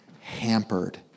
hampered